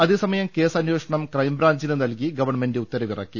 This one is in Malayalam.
അതേസമയം കേസ് അന്വേഷണം ക്രൈംബ്രാഞ്ചിന് നൽകി ഗവൺമെന്റ് ഉത്തരവിറക്കി